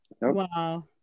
wow